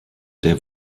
der